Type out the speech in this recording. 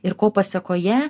ir ko pasekoje